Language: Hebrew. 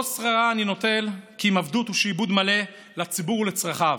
לא שררה אני נוטל כי אם עבדות ושיעבוד מלא לציבור ולצרכיו.